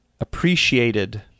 appreciated